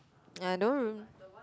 ya I don't r~